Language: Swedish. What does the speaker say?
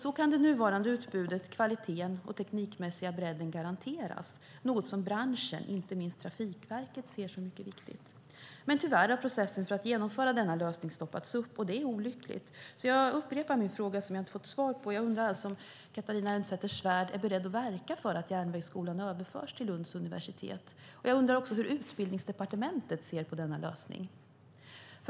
Så kan det nuvarande utbudet, kvaliteten och den teknikmässiga kvaliteten garanteras, något som branschen, inte minst Trafikverket, ser som mycket viktigt. Tyvärr har processen för att genomföra denna lösning stoppats upp, och det är olyckligt. Jag upprepar min fråga som jag inte har fått svar på. Jag undrar om Catharina Elmsäter-Svärd är beredd att verka för att Järnvägsskolan överförs till Lunds universitet. Jag undrar också hur Utbildningsdepartementet ser på denna lösning.